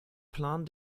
plan